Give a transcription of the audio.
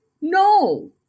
No